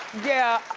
yeah.